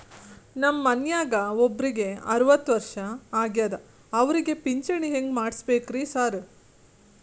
ನಮ್ ಮನ್ಯಾಗ ಒಬ್ರಿಗೆ ಅರವತ್ತ ವರ್ಷ ಆಗ್ಯಾದ ಅವ್ರಿಗೆ ಪಿಂಚಿಣಿ ಹೆಂಗ್ ಮಾಡ್ಸಬೇಕ್ರಿ ಸಾರ್?